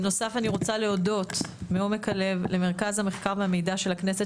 בנוסף אני רוצה להודות מעומק הלב למרכז המחקר והמידע של הכנסת